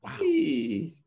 Wow